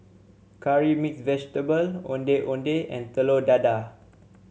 curry mix vegetable Ondeh Ondeh and Telur Dadah